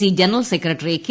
C general secretary K